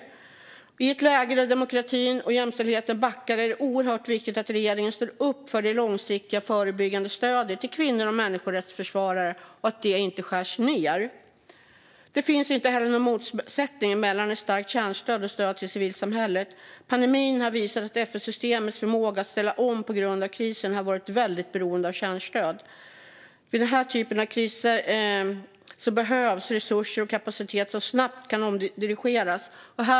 I ett läge där demokratin och jämställdheten backar är det oerhört viktigt att regeringen står upp för att det långsiktiga förebyggande stödet till kvinnor och människorättsförsvarare inte skärs ned. Det finns ingen motsättning mellan ett starkt kärnstöd och stöd till civilsamhället. Pandemin har visat att FN-systemets förmåga att ställa om på grund av krisen har varit väldigt beroende av kärnstöd. Vid den här typen av kriser behövs resurser och kapacitet som snabbt kan omdirigeras.